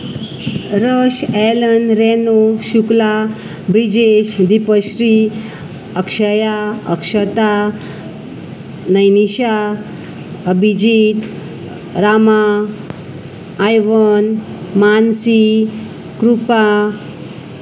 rush Alan Reno Shukla Brijesh Dipshri Akshaya Akshata Nainsha Abhijeet Rama Ivan Mansi कृपा